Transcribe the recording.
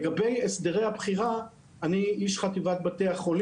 מעבר לתוכנית המיטות שמחלקים על פני החמש